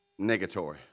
Negatory